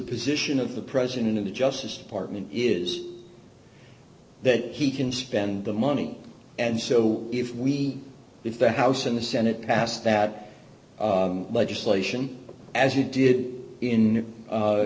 position of the president of the justice department is that he can spend the money and so if we if the house and the senate passed that legislation as it did in